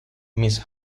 miss